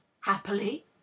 Happily